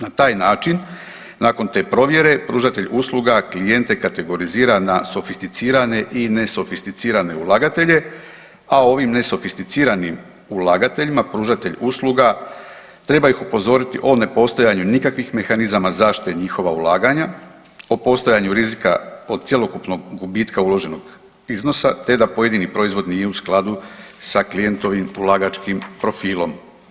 Na taj način, nakon te provjere pružatelj usluga klijente kategorizira na sofisticirane i nesofisticirane ulagatelje, a ovim nesofisticiranim ulagateljima, pružatelj usluga treba ih upozoriti o nepostojanju nikakvih mehanizama zaštite njihova ulaganja, o postojanju rizika od cjelokupog gubitka uloženog iznosa te da pojedini proizvod nije u skladu sa klijentovim ulagačkim profilom.